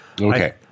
Okay